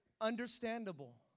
Understandable